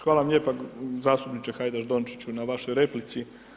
Hvala vam lijepo zastupniče Hajdaš Dončić na vašoj replici.